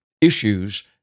issues